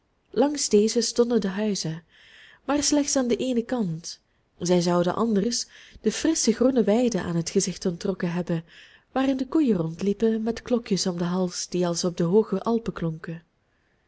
langs deze stonden de huizen maar slechts aan den eenen kant zij zouden anders de frissche groene weiden aan het gezicht onttrokken hebben waarin de koeien rondliepen met klokjes om den hals die als op de hooge alpen klonken